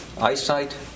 eyesight